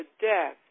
death